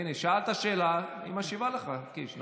הינה, שאלת שאלה, היא משיבה לך, קיש.